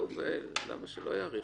למה שלא יאריך?